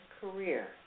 career